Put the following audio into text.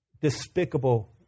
despicable